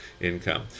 income